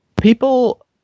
People